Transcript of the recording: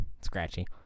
scratchy